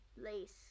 Lace